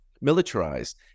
militarized